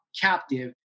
captive